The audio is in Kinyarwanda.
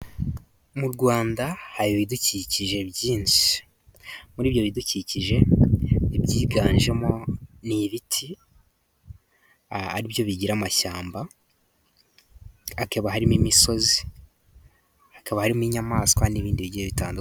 Mu Rwanda har'ibidukikije byinshi, mur'ibyo bidukikije ibyiganjemo, n'ibiti ari byo bigira amashyamba hakaba harimo imisozi, hakaba harimo inyamaswa n'ibindi bigiye bitandukanye.